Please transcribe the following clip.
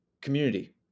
community